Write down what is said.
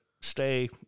stay